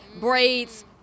braids